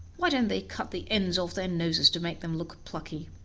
why don't they cut the end off their noses to make them look plucky?